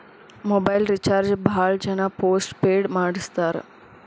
mobile recharge ಭಾಳ್ ಜನ postpaid ಮಾಡಸ್ತಾರ